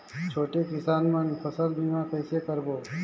छोटे किसान मन फसल बीमा कइसे कराबो?